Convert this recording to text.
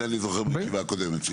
את זה אני זוכר בישיבה הקודמת.